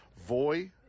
Voy